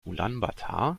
ulaanbaatar